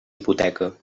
hipoteca